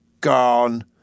Gone